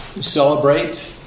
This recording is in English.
celebrate